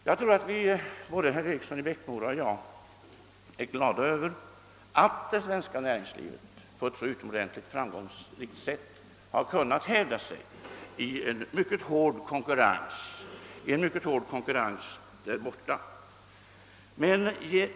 Jag tror att både herr Eriksson i Bäckmora och jag är glada över att det svenska näringslivet på ett så utomordentligt framgångsrikt sätt kunnat hävda sig i en mycket hård konkurrens där borta.